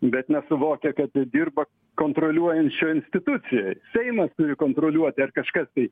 bet nesuvokia kad dirba kontroliuojančioj institucijoj seimas turi kontroliuoti ar kažkas tai